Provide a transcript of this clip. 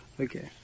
okay